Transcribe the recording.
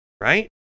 right